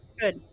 Good